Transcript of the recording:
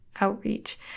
outreach